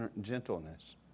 gentleness